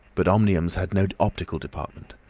but omniums had no optical department.